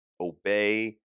obey